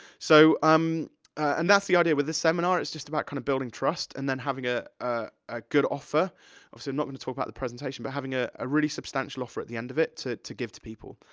so, um and that's the idea with this seminar, it's just about kind of building trust, and then having a, ah a good offer. obviously so not gonna talk about the presentation, but having ah a really substantial offer at the end of it to to give to people.